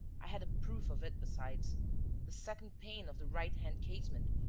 i had a proof of it, besides the second pane of the right-hand casement,